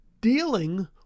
dealing